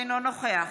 אינו נוכח